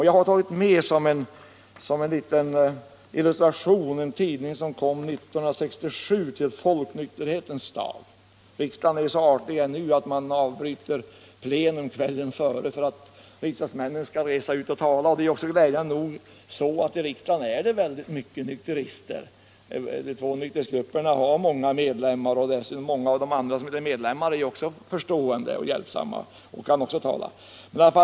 Jag har tagit med, som en liten illustration, en tidning som kom till Folknykterhetens dag 1967. Riksdagen är ju fortfarande så artig att man avbryter plenum kvällen före Folknykterhetens dag för att riksdagsmännen skall kunna resa ut och tala. Glädjande nog finns det många nykterister i riksdagen. De två nykterhetsgrupperna har många medlemmar och många av dem som inte är medlemmar är förstående och kan medverka som talare.